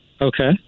Okay